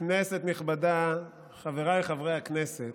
כנסת נכבדה, חבריי חברי הכנסת,